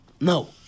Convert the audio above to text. No